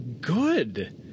good